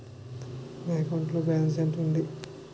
నా అకౌంట్ లో బాలన్స్ ఎంత ఉంది?